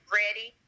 ready